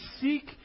seek